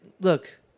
look